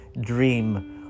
dream